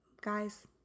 Guys